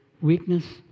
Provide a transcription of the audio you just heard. weakness